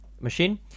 machine